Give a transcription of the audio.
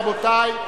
רבותי,